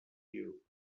you